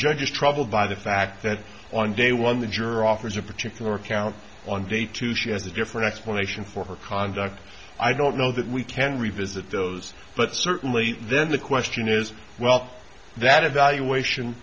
judge is troubled by the fact that on day one the juror offers a particular count on day two she has a different explanation for her conduct i don't know that we can revisit those but certainly then the question is well that evaluation